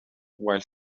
while